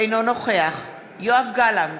אינו נוכח יואב גלנט,